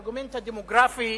הארגומנט הדמוגרפי